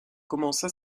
commence